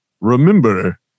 Remember